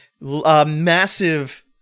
massive